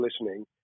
listening